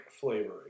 flavoring